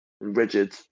Rigid